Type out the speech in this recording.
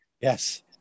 Yes